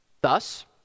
Thus